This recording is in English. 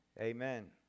amen